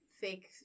fake